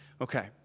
Okay